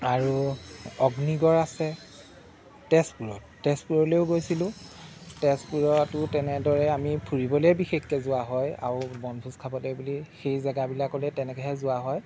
আৰু অগ্নিগড় আছে তেজপুৰত তেজপুৰলৈয়ো গৈছিলোঁ তেপুৰতো তেনেদৰে আমি ফুৰিবলৈয়েই বিশেষকৈ যোৱা হয় আৰু বনভোজ খাবলৈ বুলি সেই জেগাবিলাকলৈ তেনেকৈহে যোৱা হয়